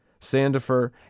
Sandifer